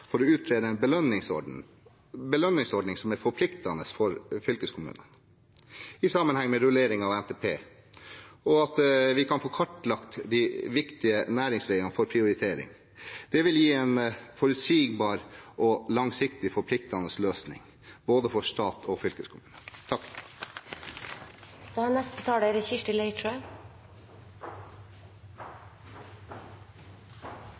for å utrede en belønningsordning som er forpliktende for fylkeskommunene, i sammenheng med rullering av NTP, og at vi kan få kartlagt de viktige næringsveiene for prioritering. Det vil gi en forutsigbar og langsiktig forpliktende løsning, både for stat og for fylkeskommune. Dette synes jeg er